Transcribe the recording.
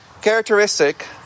characteristic